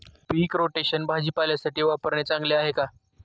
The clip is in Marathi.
पीक रोटेशन भाजीपाल्यासाठी वापरणे चांगले आहे का?